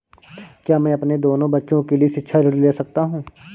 क्या मैं अपने दोनों बच्चों के लिए शिक्षा ऋण ले सकता हूँ?